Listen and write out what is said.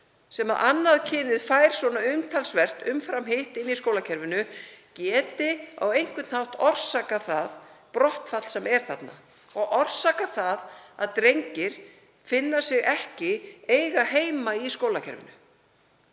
sem annað kynið fær umtalsvert umfram hitt í skólakerfinu geti á einhvern hátt orsakað það brottfall sem þarna er og orsakað það að drengir finni sig ekki í skólakerfinu.